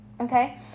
Okay